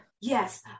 yes